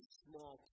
small